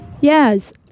Yes